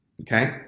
Okay